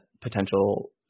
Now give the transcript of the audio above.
potential